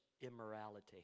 immorality